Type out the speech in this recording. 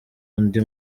undi